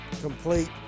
complete